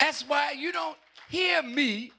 that's why you don't hear me